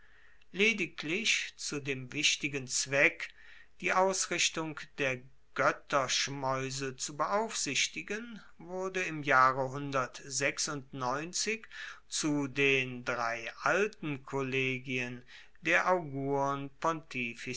lediglich zu dem wichtigen zweck die ausrichtung der goetterschmaeuse zu beaufsichtigen wurde im jahre zu den drei alten kollegien der